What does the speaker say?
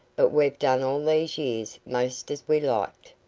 but we've done all these years most as we liked.